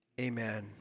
Amen